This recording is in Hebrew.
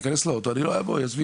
עזבי,